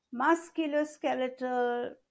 musculoskeletal